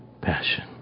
passion